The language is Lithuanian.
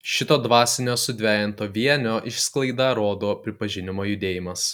šito dvasinio sudvejinto vienio išsklaidą rodo pripažinimo judėjimas